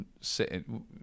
Sitting